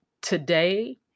today